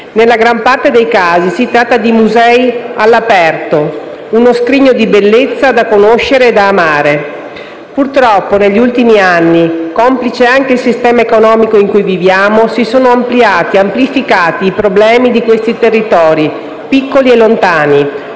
Nella gran parte dei casi si tratta di musei all'aperto: uno scrigno di bellezza da conoscere e da amare. Purtroppo, negli ultimi anni, complice anche il sistema economico in cui viviamo, si sono ampliati ed amplificati i problemi di questi territori, piccoli e lontani,